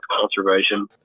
conservation